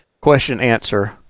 question-answer